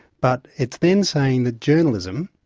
but it's then saying that journalism,